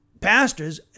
pastors